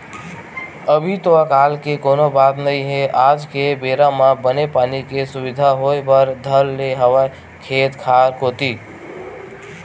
अभी तो अकाल के कोनो बात नई हे आज के बेरा म बने पानी के सुबिधा होय बर धर ले हवय खेत खार कोती